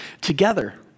together